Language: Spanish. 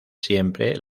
siempre